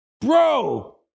bro